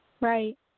Right